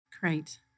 Great